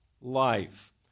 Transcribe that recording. life